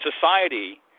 society